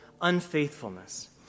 unfaithfulness